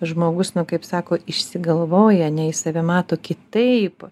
žmogus nu kaip sako išsigalvoj ane jis save mato kitaip